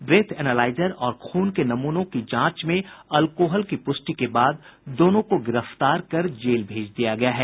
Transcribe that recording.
breath analyser और खून के नमूनों की जांच में अल्कोहल की प्रष्टि के बाद दोनों को गिरफ्तार कर जेल भेज दिया गया है